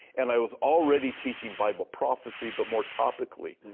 and i was already teaching bible prophecy, but more topically.